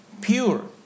pure